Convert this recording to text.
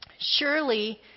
Surely